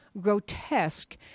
grotesque